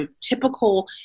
typical